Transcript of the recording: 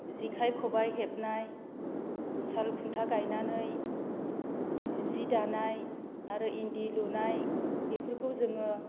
जेखाइ खबाय हेबनाय साल खुन्था गायनानै जि दानाय आरो इन्दि लुनाय बेफोरखौ जोङो